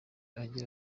agira